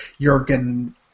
Jurgen